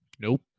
nope